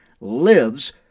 lives